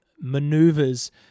maneuvers